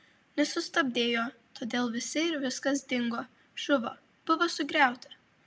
nesustabdei jo todėl visi ir viskas dingo žuvo buvo sugriauta